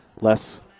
less